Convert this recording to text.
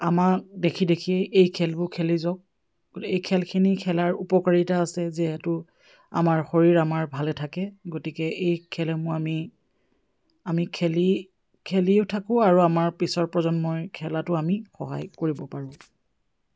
আমাক দেখি দেখিয়েই এই খেলবোৰ খেলি যাওক গতিকে এই খেলখিনি খেলাৰ উপকাৰিতা আছে যিহেতু আমাৰ শৰীৰ আমাৰ ভালে থাকে গতিকে এই খেলেসমূহ আমি আমি খেলি খেলিও থাকোঁ আৰু আমাৰ পিছৰ প্ৰজন্মই খেলাটো আমি সহায় কৰিব পাৰোঁ